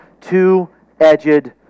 two-edged